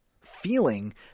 feeling